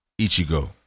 ichigo